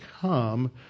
come